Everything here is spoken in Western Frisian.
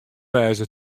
wêze